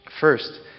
First